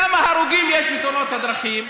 כמה הרוגים יש בתאונות דרכים?